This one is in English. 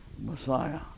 Messiah